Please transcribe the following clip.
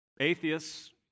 Atheists